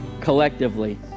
collectively